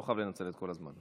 לא חייב לנצל את כל הזמן.